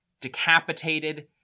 decapitated